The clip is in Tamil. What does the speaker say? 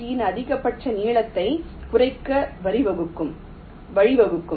ஜியில் அதிகபட்ச நீளத்தை குறைக்க வழிவகுக்கும்